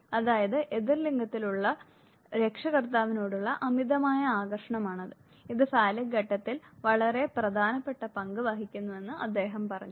അതായത് എതിർലിംഗത്തിലുള്ള രക്ഷകർത്താവിനോടുള്ള അമിതമായ ആകർഷണമാണ് ഇത് ഫാലിക് ഘട്ടത്തിൽ വളരെ പ്രധാനപ്പെട്ട പങ്ക് വഹിക്കുന്നുവെന്ന് അദ്ദേഹം പറഞ്ഞു